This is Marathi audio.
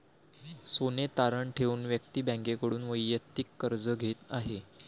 सोने तारण ठेवून व्यक्ती बँकेकडून वैयक्तिक कर्ज घेत आहे